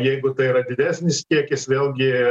jeigu tai yra didesnis kiekis vėlgi